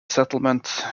settlement